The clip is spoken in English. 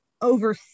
over